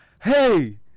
Hey